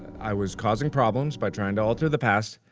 i was causing problems by trying to alter the past.